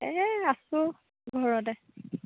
এই আছোঁ ঘৰতে